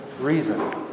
reason